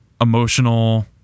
emotional